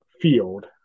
field